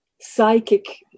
psychic